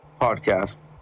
podcast